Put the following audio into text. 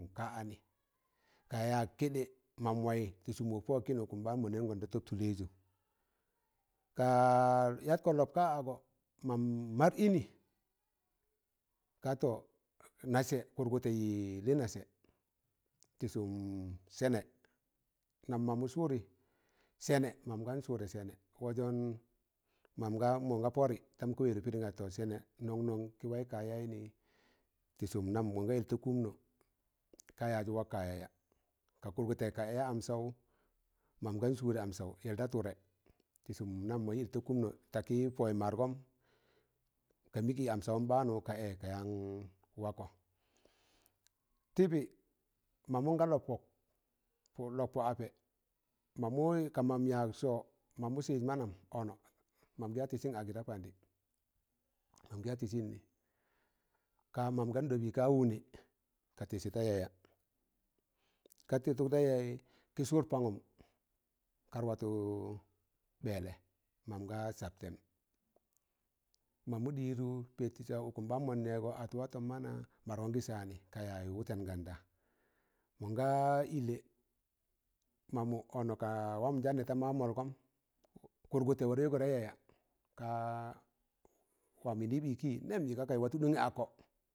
Ka anyi ka yak keɗẹ mam wayị tị sụm wọk wọkịni,̣ ụkụm ɓaan mọn nẹẹngon ta tọb tụlẹị ju, kaa yat kọ lọb ka agọ mam mar ịnị ka tọ nasẹ kụrgụtẹ yịlị nasa tị sụm sẹnẹ nam mam sụụri sena mam gan sudi sene wajọn mam gan mọngaa pọre ndam ka wẹdụ pịrịm gayị tọ sẹnẹ nọn nọn kị waị ka yaịnị tịsụm nam mọn ga yịl ta kụmnọ, ka yazu wak ka yaya ka kụrgụtẹ ka ẹ am saụ man gan sụụr am saụ yẹll da tụdẹ, tị sụm nam mọ yị yịl da kụmnọ takị pọo margọm ka mịk ị am sawụn baanụ ka ẹ ka yaan wako. Tịbị mamụ nga lọb pọk pụr lọb pọ apẹ mamụ ka mam yak sọọ mamụ sịz manam ọnọ man gị ya tịsịn agị da pandị man gan ɗọbị ka wune ka tisi da yaya ka tịtụk da yayị kị sụụd pangụm kar watọ ɓẹẹlẹ mam gaa sabtẹm, mamụ ɗịdụ pẹtụ saụ, ụkụm ɓaan mọn nẹgo atụ watọn mana, margọn gị saanị ka yaaz wụtẹn ganda, mọn ga ịlẹ, mamụ ọnọ ka wamọ njaan nẹ ta ma mọlgọm, kụrgụtẹ ware wẹgọ, ta yaya, ka, wam yịnị yịp ịkị nẹm yị gaa kayị wa ɗon akọ.